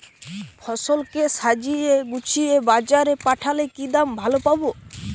ফসল কে সাজিয়ে গুছিয়ে বাজারে পাঠালে কি দাম ভালো পাব?